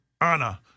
Anna